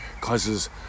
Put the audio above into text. causes